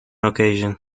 occasion